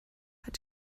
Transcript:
hat